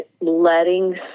letting